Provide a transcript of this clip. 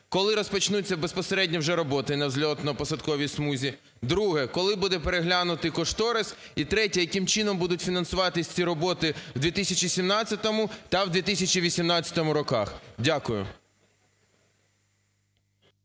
Коли розпочнуться безпосередньо вже роботи на злітно-посадковій смузі? Друге. Коли буде переглянутий Кошторис? І третє. Яким чином будуть фінансуватися ці роботи в 2017 та в 2018-ому роках? Дякую.